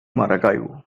maracaibo